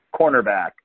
cornerback